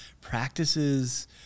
practices